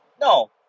No